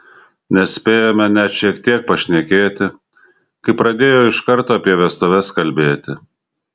nespėjome net šiek tiek pašnekėti kai pradėjo iš karto apie vestuves kalbėti